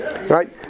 Right